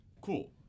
cool